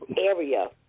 area